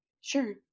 Sure